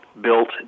built